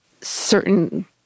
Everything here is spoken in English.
certain